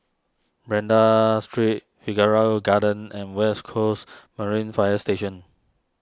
Banda Street Figaro Gardens and West Coast Marine Fire Station